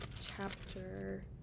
chapter